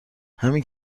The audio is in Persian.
همین